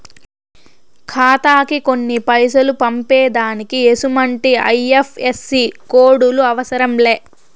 ఖాతాకి కొన్ని పైసలు పంపేదానికి ఎసుమంటి ఐ.ఎఫ్.ఎస్.సి కోడులు అవసరం లే